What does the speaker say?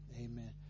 Amen